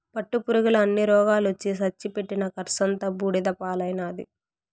పట్టుపురుగుల అన్ని రోగాలొచ్చి సచ్చి పెట్టిన కర్సంతా బూడిద పాలైనాది